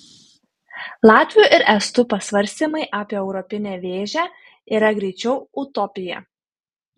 latvių ir estų pasvarstymai apie europinę vėžę yra greičiau utopija